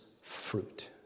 fruit